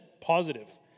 positive